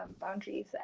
boundaries